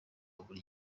buri